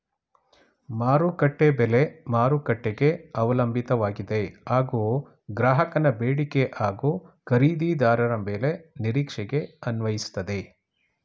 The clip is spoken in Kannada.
ಮಾರುಕಟ್ಟೆ ಬೆಲೆ ಮಾರುಕಟ್ಟೆಗೆ ಅವಲಂಬಿತವಾಗಿದೆ ಹಾಗೂ ಗ್ರಾಹಕನ ಬೇಡಿಕೆ ಹಾಗೂ ಖರೀದಿದಾರರ ಬೆಲೆ ನಿರೀಕ್ಷೆಗೆ ಅನ್ವಯಿಸ್ತದೆ